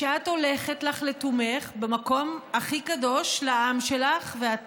שאת הולכת לך לתומך במקום הכי קדוש לעם שלך, ואת